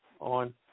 on